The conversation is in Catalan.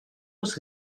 als